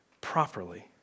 properly